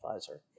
advisor